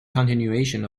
continuation